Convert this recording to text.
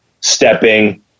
stepping